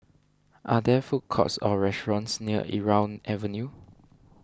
are there food courts or restaurants near Irau Avenue